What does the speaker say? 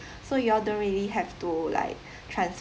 so you all don't really have to like trans~